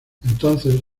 entonces